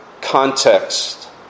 context